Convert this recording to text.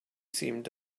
seemed